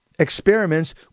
Experiments